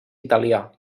italià